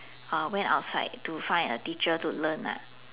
uh went outside to find a teacher to learn ah